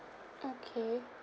okay